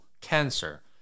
cancer